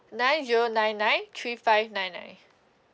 nine zero nine nine three five nine nine